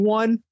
one